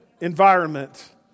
environment